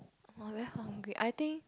oh really hungry I think